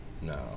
No